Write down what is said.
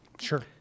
sure